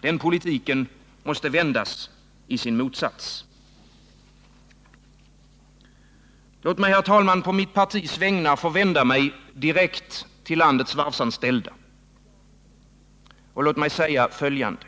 Den politiken måste vändas i sin motsats. Låt mig, herr talman, på mitt partis vägnar få vända mig direkt till landets varvsanställda. Och låt mig säga följande.